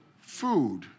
Food